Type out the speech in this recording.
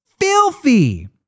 filthy